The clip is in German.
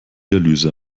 dialyse